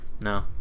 no